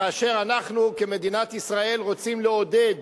כאשר אנחנו כמדינת ישראל רוצים לעודד